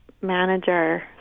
manager